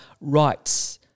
rights